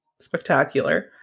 Spectacular